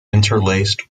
interlaced